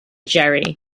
jerry